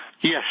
Yes